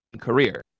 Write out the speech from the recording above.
career